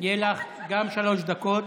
יהיו גם לך שלוש דקות.